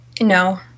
No